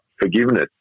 forgiveness